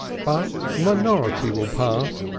but a minority will pass,